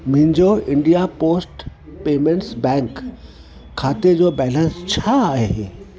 मुंहिंजो India post payments bank खाते जो बैलेंस छा आहे